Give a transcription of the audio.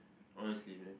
honestly man